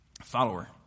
follower